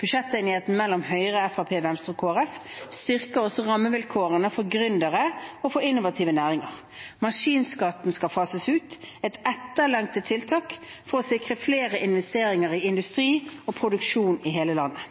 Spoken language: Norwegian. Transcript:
Budsjettenigheten mellom Høyre, Fremskrittspartiet, Venstre og Kristelig Folkeparti styrker også rammevilkårene for gründere og innovative næringer. Maskinskatten skal fases ut – et etterlengtet tiltak for å sikre flere investeringer i industri og produksjon i hele landet.